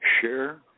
share